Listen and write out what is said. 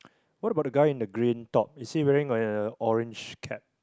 what about the guy in the green top is he wearing a orange cap